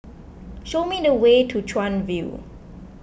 show me the way to Chuan View